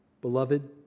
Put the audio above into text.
Beloved